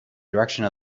direction